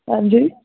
ਹਾਂਜੀ